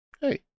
hey